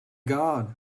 god